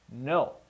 No